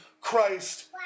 Christ